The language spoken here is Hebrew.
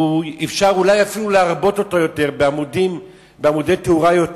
אפשר להרבות אותה בעמודי תאורה.